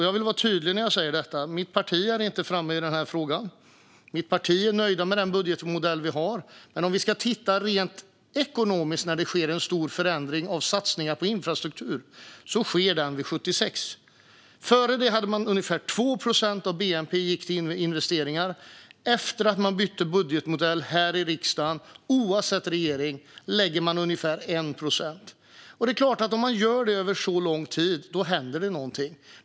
Jag vill vara tydlig när jag säger detta: Mitt parti är inte framme i den här frågan, utan mitt parti är nöjt med den budgetmodell vi har. Men om vi tittar på när det rent ekonomiskt sker en stor förändring i satsningar på infrastruktur ser vi att det sker 76. Före det gick ungefär 2 procent av bnp till investeringar, och efter att man bytte budgetmodell här i riksdagen läggs - oavsett regering - ungefär 1 procent. Det är klart att det händer någonting om man gör det över så lång tid.